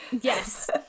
Yes